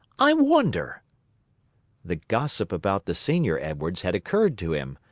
i wonder the gossip about the senior edwards had occurred to him,